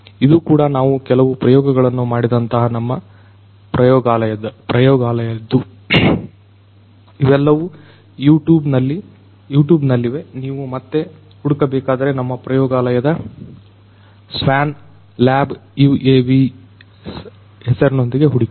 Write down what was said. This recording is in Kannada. ಇದು ಕೂಡ ನಾವು ಕೆಲವು ಪ್ರಯೋಗಗಳನ್ನು ಮಾಡಿದಂತಹ ನಮ್ಮ ಪ್ರಯೋಗಾಲಯದ್ದು ಇವೆಲ್ಲವೂ ಯೂಟ್ಯೂಬ್ ನಲ್ಲಿವೆ ನೀವು ಮತ್ತೆ ಹುಡುಕಬೇಕಾದರೆ ನಮ್ಮ ಪ್ರಯೋಗಾಲಯದ SWAN Lab UAVs ಹೆಸರಿನೊಂದಿಗೆ ಹುಡುಕಿ